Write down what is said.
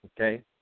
Okay